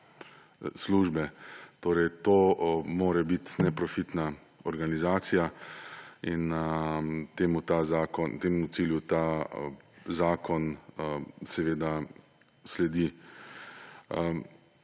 službe. To mora biti neprofitna organizacija in temu cilju ta zakon sledi.